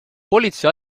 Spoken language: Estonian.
politsei